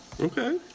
Okay